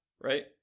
right